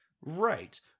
Right